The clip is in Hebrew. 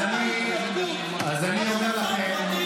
אז אני אומר לכם,